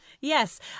Yes